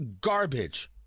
garbage